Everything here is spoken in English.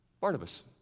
Barnabas